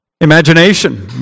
imagination